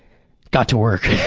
got to work